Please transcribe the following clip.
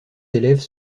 élèves